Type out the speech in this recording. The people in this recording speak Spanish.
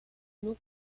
club